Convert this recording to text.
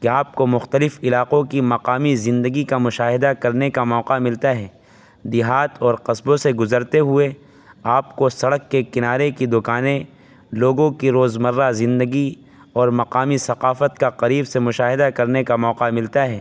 کہ آپ و مختلف علاقوں کی مقامی زندگی کا مشاہدہ کرنے کا موقع ملتا ہے دیہات اور قصبوں سے گزرتے ہوئے آپ کو سڑک کے کنارے کی دکانیں لوگوں کی روزمرہ زندگی اور مقامی ثقافت کا قریب سے مشاہدہ کرنے کا موقع ملتا ہے